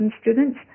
students